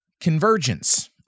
convergence